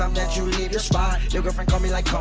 um that you leave your spot your girlfriend call me like, come